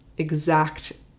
exact